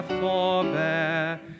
Forbear